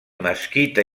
mesquita